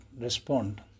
respond